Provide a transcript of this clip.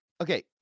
Okay